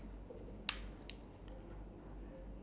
I lay out my cards on the table